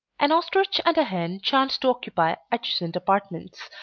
an ostrich and a hen chanced to occupy adjacent apartments,